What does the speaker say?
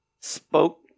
Spoke